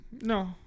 No